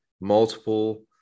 multiple